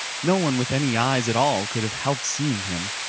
no one with any eyes at all could have helped seeing him,